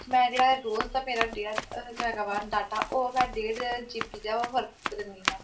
ਮੈਂ ਜਿਹੜਾ ਰੋਜ਼ ਦਾ ਮੇਰਾ ਡੇਰਾ ਉਹ ਹੈਗਾ ਵਾ ਡਾਟਾ ਉਹ ਹੈਗਾ ਡੇਢ ਜੀਬੀ ਦਾ ਉਹ ਵਰਤ ਲੈਂਦੀ ਹਾਂ